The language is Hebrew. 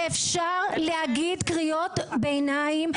שאפשר להגיד קריאות ביניים.